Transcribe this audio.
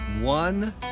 One